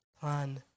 plan